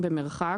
במרחק.